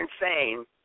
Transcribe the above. insane